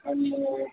अनि